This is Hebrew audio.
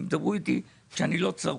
הם ידברו איתי כשאני לא צרוד.